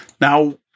Now